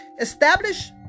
Establish